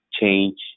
change